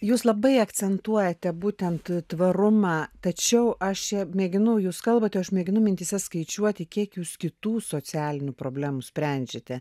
jūs labai akcentuojate būtent tvarumą tačiau aš čia mėginu jūs kalbate o aš mėginu mintyse skaičiuoti kiek jūs kitų socialinių problemų sprendžiate